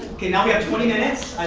okay. now we have twenty minutes.